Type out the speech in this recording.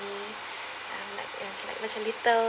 little